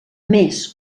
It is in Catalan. més